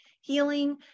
healing